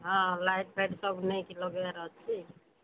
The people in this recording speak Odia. ହଁ ଲାଇଟ୍ ଫାଇଟ୍ ନେଇକି ସବୁ ଲଗେଇବାର ଅଛି